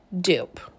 dupe